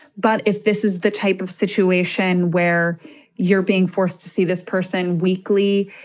but if this is the type of situation where you're being forced to see this person weekly,